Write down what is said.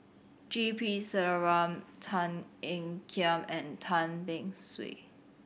G P Selvam Tan Ean Kiam and Tan Beng Swee